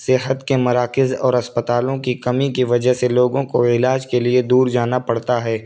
صحت کے مراکز اور اسپتالوں کی کمی کی وجہ سے لوگوں کو علاج کے لیے دور جانا پڑتا ہے